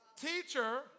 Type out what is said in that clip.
teacher